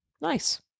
Nice